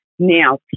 Now